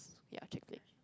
ya chick flick